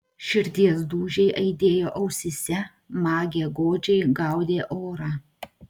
širdies dūžiai aidėjo ausyse magė godžiai gaudė orą